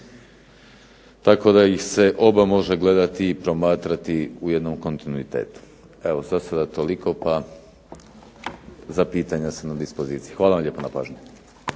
Tako da ih se oba može gledati i promatrati u jednom kontinuitetu. Evo, zasada toliko pa za pitanja sam na dispoziciji. Hvala vam lijepa na pažnji.